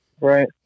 right